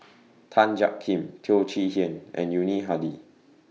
Tan Jiak Kim Teo Chee Hean and Yuni Hadi